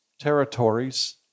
territories